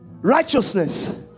Righteousness